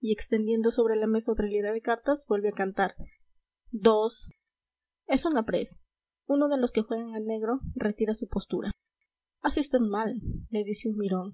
y extendiendo sobre la mesa otra hilera de cartas vuelve a cantar dos es un aprés uno de los que juegan a negro retira su postura hace usted mal le dice un mirón